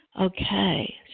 Okay